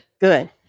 Good